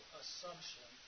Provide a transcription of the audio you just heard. assumption